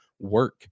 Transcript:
work